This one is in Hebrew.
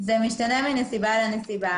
זה משתנה מנסיבה לנסיבה.